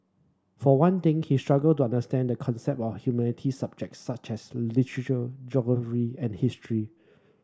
for one thing he struggled to understand the concept of humanities subjects such as geography and history